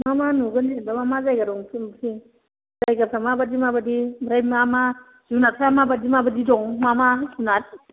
मा मा नुगोन जेनेबा मा मा जायगा दं नुसि नुसि जायगाफ्रा माबादि माबादि ओमफ्राय मा मा जुनारफ्रा माबादि माबादि दं मा मा जुनार